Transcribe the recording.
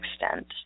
extent